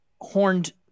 horned